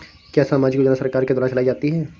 क्या सामाजिक योजना सरकार के द्वारा चलाई जाती है?